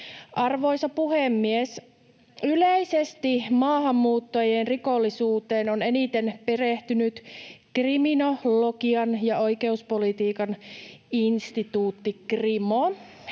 Arvoisa puhemies! Yleisesti maahanmuuttajien rikollisuuteen on eniten perehtynyt Kriminologian ja oikeuspolitiikan instituutti Krimo.